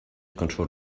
control